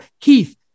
Keith